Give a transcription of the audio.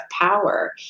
power